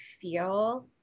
feel